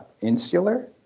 insular